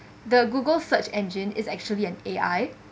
the Google search engine is actually an A_I